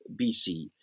BC